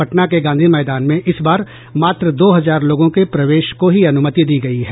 पटना के गांधी मैदान में इस बार मात्र दो हजार लोगों के प्रवेश को ही अनुमति दी गयी है